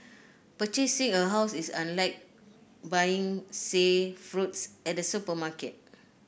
purchasing a house is unlike buying say fruits at a supermarket